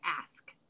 ask